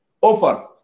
offer